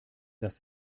dass